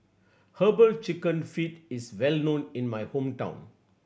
Herbal Chicken Feet is well known in my hometown